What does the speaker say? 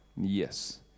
Yes